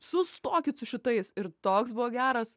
sustokit su šitais ir toks buvo geras